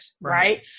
Right